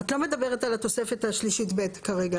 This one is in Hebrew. את לא מדברת על התוספת השלישית ב' כרגע.